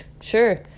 sure